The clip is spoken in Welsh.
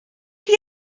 chi